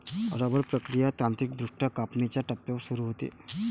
rubber प्रक्रिया तांत्रिकदृष्ट्या कापणीच्या टप्प्यावर सुरू होते